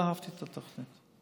לא אהבתי את התוכנית,